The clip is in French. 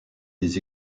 des